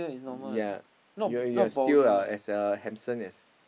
ya you're you're still uh as a handsome as